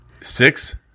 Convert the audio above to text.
Six